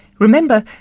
remember,